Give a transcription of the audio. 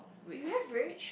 you have red